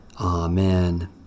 Amen